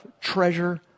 treasure